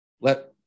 let